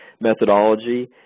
methodology